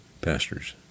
pastors